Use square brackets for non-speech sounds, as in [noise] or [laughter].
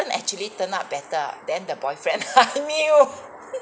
actually turned out better than the boyfriend I [laughs] knew [laughs]